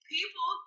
People